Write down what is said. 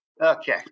Okay